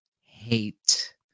hate